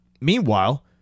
Meanwhile